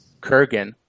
Kurgan